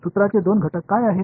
सूत्रांचे दोन घटक काय आहेत